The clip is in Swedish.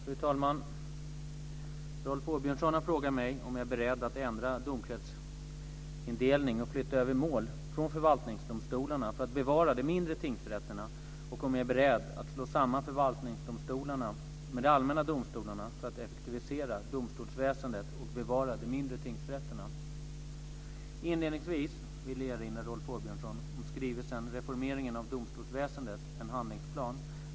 Fru talman! Rolf Åbjörnsson har frågat mig om jag är beredd att ändra domkretsindelning och flytta över mål från förvaltningsdomstolarna för att bevara de mindre tingsrätterna och om jag är beredd att slå samman förvaltningsdomstolarna med de allmänna domstolarna för att effektivisera domstolsväsendet och bevara de mindre tingsrätterna. Inledningsvis vill jag erinra Rolf Åbjörnsson om skrivelsen Reformeringen av domstolsväsendet - en handlingsplan (skr.